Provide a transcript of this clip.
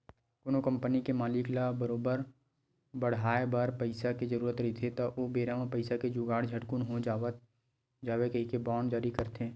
कोनो कंपनी के मालिक ल करोबार बड़हाय बर पइसा के जरुरत रहिथे ओ बेरा पइसा के जुगाड़ झटकून हो जावय कहिके बांड जारी करथे